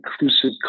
inclusive